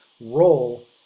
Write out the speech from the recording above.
role